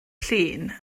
llun